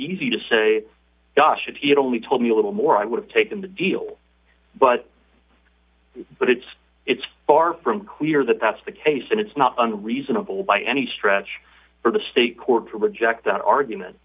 easy to say gosh if he had only told me a little more i would have taken the deal but but it's it's far from clear that that's the case and it's not reasonable by any stretch for the state court to reject that argument